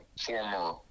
former